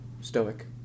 stoic